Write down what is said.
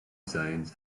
zones